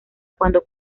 cuando